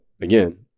again